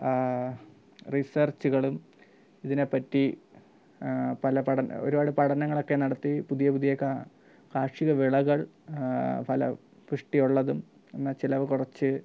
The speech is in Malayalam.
റിസർച്ചുകളും ഇതിനെപ്പറ്റി പല പഠന ഒരുപാട് പഠനങ്ങളൊക്കെ നടത്തി പുതിയ പുതിയ കാർഷിക വിളകൾ ഫല പുഷ്ടിയുള്ളതും എന്നാൽ ചിലവ് കുറച്ച്